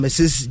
Mrs